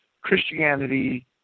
Christianity